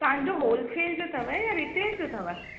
तव्हांजो हॉलसेल जो अथव या रीटेल जोअथव